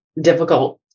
difficult